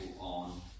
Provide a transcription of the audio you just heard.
on